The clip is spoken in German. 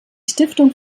stiftung